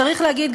צריך להגיד,